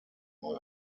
neu